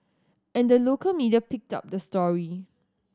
and the local media picked up the story